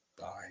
Bye